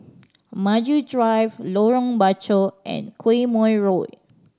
Maju Drive Lorong Bachok and Quemoy Road